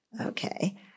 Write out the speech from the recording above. Okay